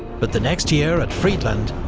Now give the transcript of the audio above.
but the next year at friedland,